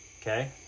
Okay